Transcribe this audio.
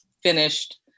finished